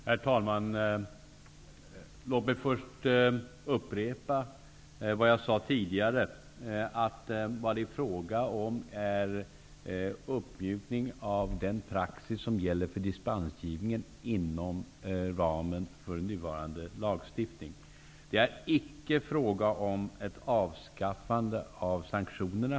Herr talman! Låt mig först upprepa vad jag sade tidigare. Det är fråga om en uppmjukning av den praxis som gäller för dispensgivningen inom ramen för nuvarande lagstiftning. Det är icke fråga om ett avskaffande av sanktionerna.